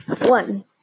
One